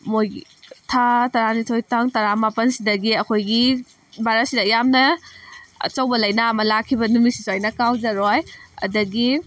ꯃꯣꯏꯒꯤ ꯊꯥ ꯇꯔꯥꯅꯤꯊꯣꯏ ꯇꯥꯡ ꯇꯔꯥ ꯃꯥꯄꯜꯁꯤꯗꯒꯤ ꯑꯩꯈꯣꯏꯒꯤ ꯚꯥꯔꯠꯁꯤꯗ ꯌꯥꯝꯅ ꯑꯆꯧꯕ ꯂꯥꯏꯅꯥ ꯑꯃ ꯂꯥꯛꯈꯤꯕ ꯅꯨꯃꯤꯠꯁꯤꯁꯨ ꯑꯩꯅ ꯀꯥꯎꯖꯔꯣꯏ ꯑꯗꯒꯤ